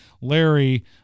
Larry